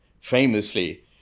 famously